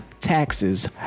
taxes